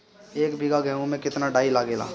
एक बीगहा गेहूं में केतना डाई लागेला?